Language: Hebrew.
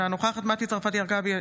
אינה נוכחת מטי צרפתי הרכבי,